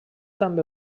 també